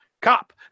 cop